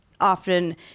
often